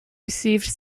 received